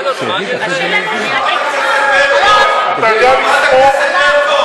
חברת הכנסת ברקו, יש גם חובות להיות בקואליציה,